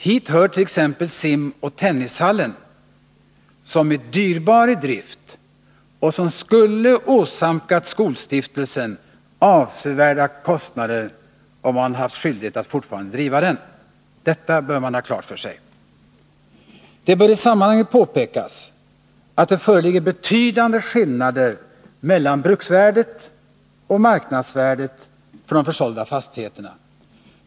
Hit hör t. ex simoch tennishallen, som är dyrbar i drift och som skulle åsamkat skolstiftelsen avsevärda kostnader, om den haft skyldighet att fortfarande driva den. Detta bör man ha klart för sig. Det bör i sammanhanget också påpekas att det föreligger betydande skillnader mellan bruksvärde och marknadswärde för de försålda fastigheterna.